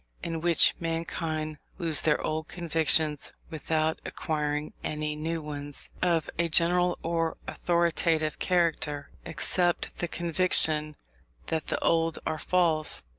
in which mankind lose their old convictions without acquiring any new ones, of a general or authoritative character, except the conviction that the old are false.